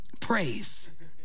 Praise